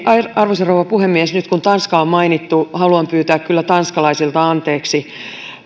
arvoisa rouva puhemies nyt kun tanska on mainittu haluan kyllä pyytää tanskalaisilta anteeksi